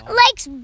likes